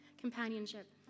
companionship